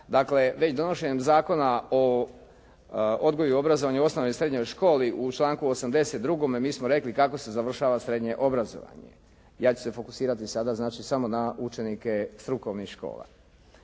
Dakle, već donošenjem Zakona o odgoju i obrazovanju u osnovnoj i srednjoj školi u članku 82. mi smo rekli kako se završava srednje obrazovanje. Ja ću se fokusirati sada znači na učenike strukovnih škola.